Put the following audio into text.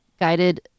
guided